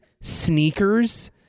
Sneakers